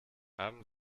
haben